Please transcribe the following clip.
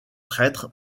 prêtres